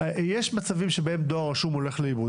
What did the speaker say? יש מצבים בהם דואר רשום הולך לאיבוד.